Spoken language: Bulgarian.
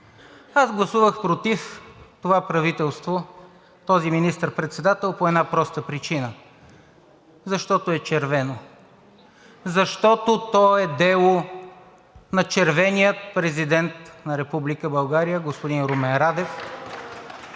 Гласувах против това правителство, този министър председател, по една проста причина. Защото е червено. Защото то е дело на червения президент на Република България господин Румен Радев.